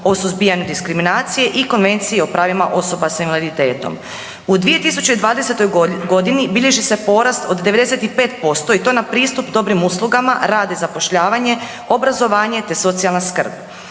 o suzbijanju diskriminacije i Konvencije o pravima osoba s invaliditetom. U 2020.g. bilježi se porast od 95% i to na pristup dobrim uslugama, rad i zapošljavanje, obrazovanje te socijalna skrb.